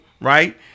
right